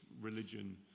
religion